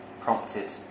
prompted